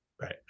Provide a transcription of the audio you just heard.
Right